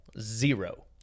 Zero